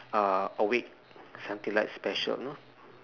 uh awake something like special you know